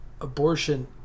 abortion